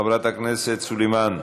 חברת הכנסת סלימאן,